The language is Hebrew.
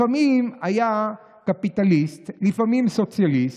לפעמים היה קפיטליסט, לפעמים סוציאליסט,